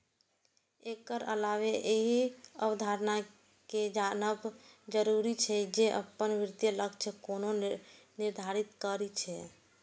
एकर अलावे एहि अवधारणा कें जानब जरूरी छै, जे अपन वित्तीय लक्ष्य कोना निर्धारित करी